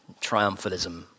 triumphalism